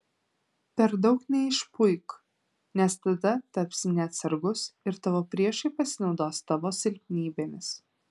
per daug neišpuik nes tada tapsi neatsargus ir tavo priešai pasinaudos tavo silpnybėmis